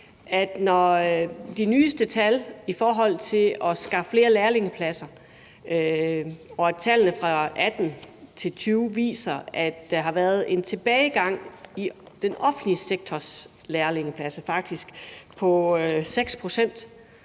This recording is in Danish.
til de nyeste tal i forhold til at skaffe flere lærlingepladser, og at tallene fra 2018 til 2020 viser, at der har været en tilbagegang i den offentlige sektors lærlingepladser,